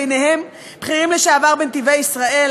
וביניהם בכירים לשעבר ב"נתיבי ישראל",